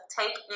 take